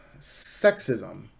sexism